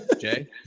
Jay